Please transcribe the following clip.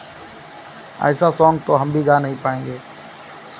ऐसा सोंग तो हम भी गा नहीं पाएंगे